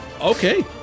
Okay